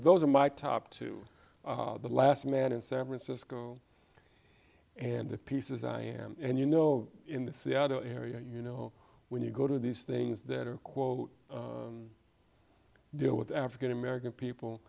those are my top to the last man in san francisco and the pieces i am and you know in the seattle area you know when you go to these things that are quote deal with african american people